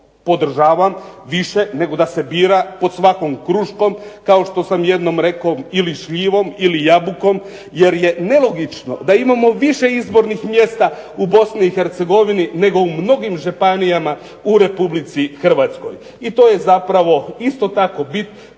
podržavam više nego da se bira pod svakom kruškom kao što sam jednom rekao ili šljivom ili jabukom jer je nelogično da imamo više izbornih mjesta u BiH nego u mnogim županijama u RH. I to je zapravo isto tako bit